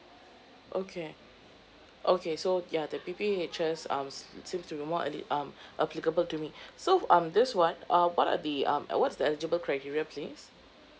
okay okay so ya the P_P_H_S um seems to be more eli~ um applicable to me so um this one uh what are the um uh what is the eligible criteria please